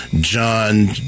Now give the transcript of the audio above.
John